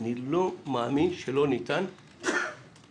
אני לא מאמין שלא ניתן לממן